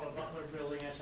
butler building,